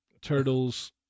Turtles